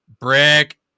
brick